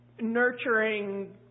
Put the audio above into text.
nurturing